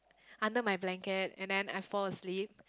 under my blanket and then I fall asleep